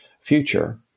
future